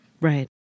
Right